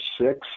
six